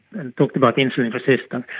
and talked about insulin resistance,